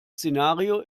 szenario